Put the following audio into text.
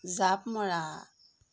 জাঁপ মৰা